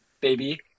baby